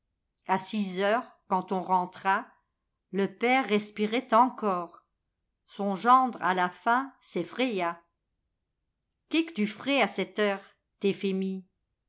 a six heures quand on rentra le père respirait encore son gendre à la fin s'effraya que qu tu frais à c'te heure